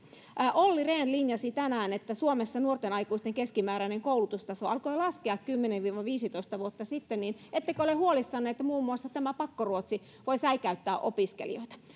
olli rehn linjasi tänään että suomessa nuorten aikuisten keskimääräinen koulutustaso alkoi laskea kymmenen viiva viisitoista vuotta sitten ettekö ole huolissanne että muun muassa tämä pakkoruotsi voi säikäyttää opiskelijoita